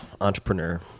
entrepreneur